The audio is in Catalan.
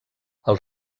els